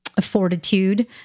fortitude